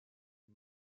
you